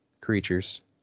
creatures